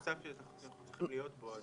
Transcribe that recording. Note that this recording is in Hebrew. הסגר הוא נושא שצריך להידון פה.